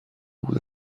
بود